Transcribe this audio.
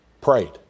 prayed